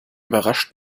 überrascht